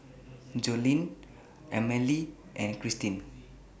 Joline Emmalee and Krystin